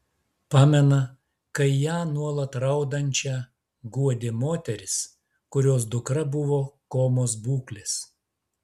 pamena kai ją nuolat raudančią guodė moteris kurios dukra buvo komos būklės